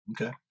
okay